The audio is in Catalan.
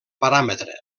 paràmetre